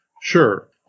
Sure